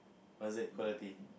or is that equality